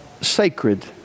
sacred